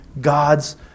God's